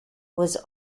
was